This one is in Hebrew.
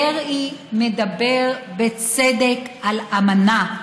דרעי מדבר, בצדק, על אמנה,